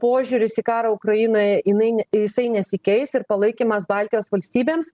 požiūris į karą ukrainoje jinai jisai nesikeis ir palaikymas baltijos valstybėms